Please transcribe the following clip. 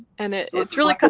and it's really. ah